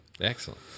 Excellent